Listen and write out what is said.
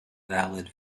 valid